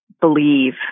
believe